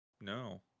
No